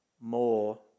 more